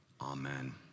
Amen